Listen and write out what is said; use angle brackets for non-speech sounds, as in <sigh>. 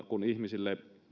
<unintelligible> kun niitä ihmisille